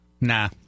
Nah